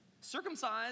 Circumcised